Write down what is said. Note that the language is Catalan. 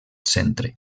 centre